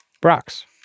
Brock's